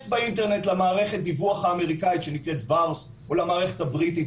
באינטרנט למערכת הדיווח האמריקאית שנקראת VAERS או למערכת הבריטית